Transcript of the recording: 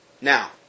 Now